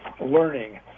learning